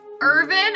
Irvin